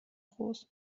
groß